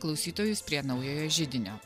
klausytojus prie naujojo židinio